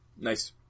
Nice